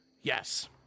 Yes